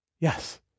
Yes